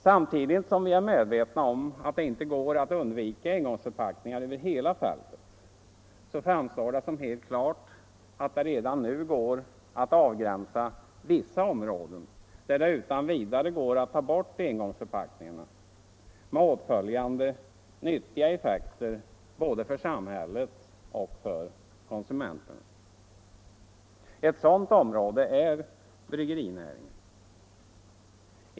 Samtidigt som vi är medvetna om att det inte går att undvika engångsförpackningar över hela fältet, så framstår det som helt klart att det redan nu går att avgränsa vissa områden där det utan vidare går att ta bort engångsförpackningarna, med åtföljande nyttiga effekter för både samhället och konsumenterna. Ett sådant område är bryggerinäringen.